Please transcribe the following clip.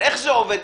איך זה עובד?